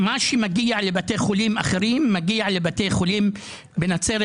מה שמגיע לבתי חולים אחרים מגיע לבתי חולים בנצרת,